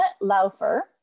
Laufer